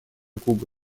кубы